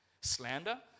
Slander